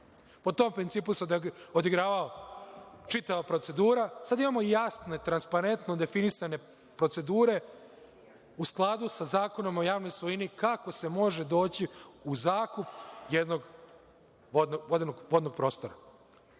Po tom principu se odigravala čitava procedura. Sada imamo jasne, transparentno definisane procedure u skladu sa Zakonom o javnoj svojini kako se može doći u zakup jednog vodenog prostora. Sa